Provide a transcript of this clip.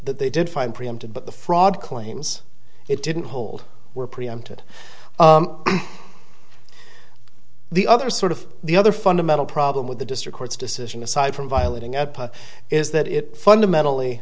that they did find preempted but the fraud claims it didn't hold were preempted the other sort of the other fundamental problem with the district court's decision aside from violating at is that it fundamentally